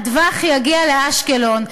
הטווח יגיע לאשקלון.